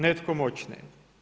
Netko moćniji.